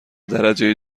درجه